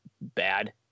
bad